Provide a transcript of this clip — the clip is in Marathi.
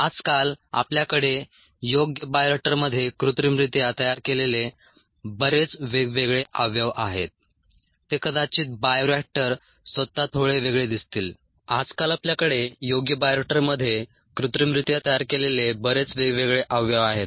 आजकाल आपल्याकडे योग्य बायोरिएक्टरमध्ये कृत्रिमरित्या तयार केलेले बरेच वेगवेगळे अवयव आहेत